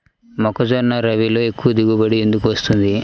మొక్కజొన్న రబీలో ఎక్కువ దిగుబడి ఎందుకు వస్తుంది?